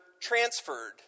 transferred